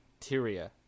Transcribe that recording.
Tyria